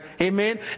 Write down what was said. Amen